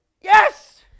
Yes